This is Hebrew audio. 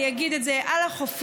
אני אגיד את זה: על החופים,